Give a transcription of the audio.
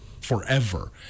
forever